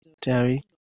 Terry